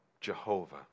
Jehovah